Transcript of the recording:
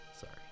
sorry